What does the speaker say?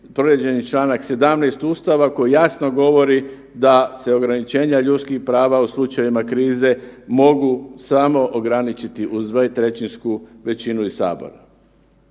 povrijeđeni čl. 17. Ustava koji jasno govori da se ograničenja ljudskih prava u slučajevima krize mogu samo ograničiti uz dvotrećinsku većinu iz sabora.